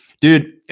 Dude